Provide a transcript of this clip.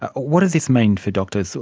what does this mean for doctors? so